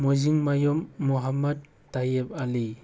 ꯃꯣꯖꯤꯡꯃꯌꯨꯝ ꯃꯣꯍꯥꯃꯠ ꯇꯥꯏꯌꯦꯞ ꯑꯂꯤ